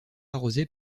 arrosé